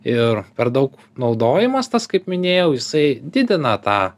ir per daug naudojimas tas kaip minėjau jisai didina tą